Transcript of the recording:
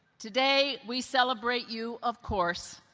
today, we celebrate you, of course,